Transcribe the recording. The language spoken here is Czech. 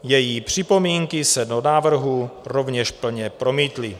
Její připomínky se do návrhu rovněž plně promítly.